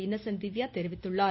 Innocent Divya தெரிவித்துள்ளார்